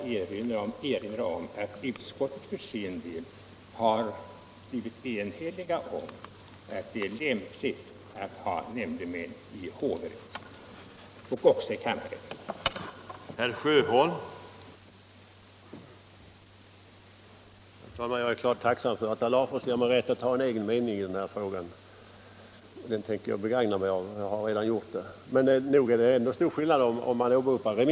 Men jag vill erinra om att utskottet för sin del blivit enigt om att det är lämpligt med nämndemän i hovrätt och i kammarrätt.